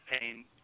pain